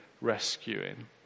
rescuing